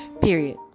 Period